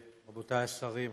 רבותיי השרים,